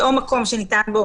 זה או מקום שניתן בו